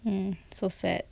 mm so sad